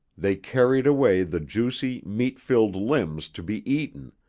they carried away the juicy, meat-filled limbs to be eaten,